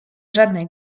żadnej